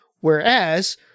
Whereas